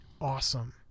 awesome